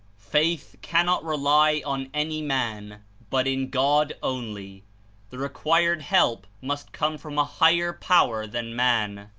faith cannot rely on any man, but in god only the re quired help must come from a higher power than man.